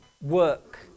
work